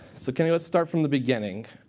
so kenny, let's start from the beginning.